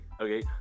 okay